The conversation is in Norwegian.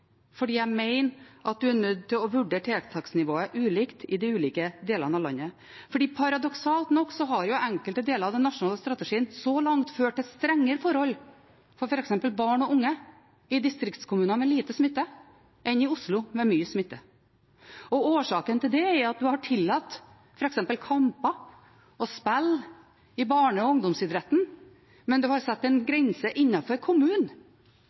jeg mener at man er nødt til å vurdere tiltaksnivået ulikt i de ulike delene av landet. Paradoksalt nok har enkelte deler av den nasjonale strategien så langt ført til strengere forhold for f.eks. barn og unge i distriktskommuner med lite smitte enn i Oslo med mye smitte. Årsaken til det er at man har tillatt f.eks. kamper og spill i barne- og ungdomsidretten, men man har satt en grense innenfor kommunen.